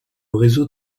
réseau